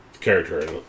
character